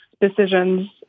decisions